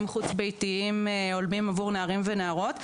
חוץ ביתיים הולמים עבור נערים ונערות.